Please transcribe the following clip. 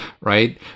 right